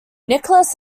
nichols